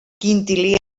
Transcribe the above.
quintilià